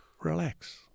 relax